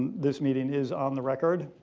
this meeting is on the record.